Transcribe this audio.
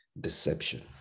deception